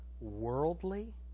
worldly